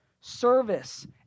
service